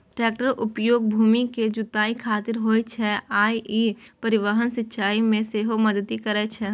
टैक्टरक उपयोग भूमि के जुताइ खातिर होइ छै आ ई परिवहन, सिंचाइ मे सेहो मदति करै छै